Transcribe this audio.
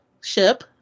ship